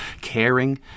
caring